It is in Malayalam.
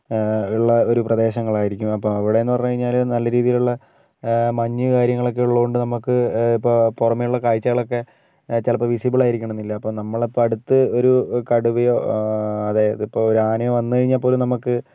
ഉള്ള ഒരു പ്രദേശങ്ങളായിരിക്കും അപ്പം അവിടെയെന്ന് പറഞ്ഞു കഴിഞ്ഞാൽ നല്ല രീതിയിലുള്ള മഞ്ഞ് കാര്യങ്ങളൊക്കേ ഉള്ളതു കൊണ്ട് നമുക്ക് പുറമെ നിന്നുള്ള കാഴ്ചകളൊക്കേ ചിലപ്പോൾ വിസിബിൾ ആയിരിക്കണമെന്നില്ലാ അപ്പോൾ നമ്മളിപ്പോൾ അടുത്ത് ഒരു കടുവയോ അതായത് ഇപ്പോൾ ഒരു ആനയോ വന്നു കഴിഞ്ഞാൽ പോലും നമുക്ക്